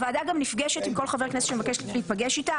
הוועדה גם נפגשת עם כל חבר כנסת שמבקש להיפגש איתה.